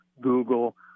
Google